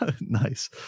Nice